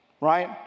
right